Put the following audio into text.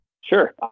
Sure